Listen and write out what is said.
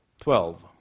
Twelve